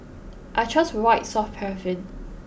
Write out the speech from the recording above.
I trust white soft paraffin